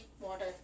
water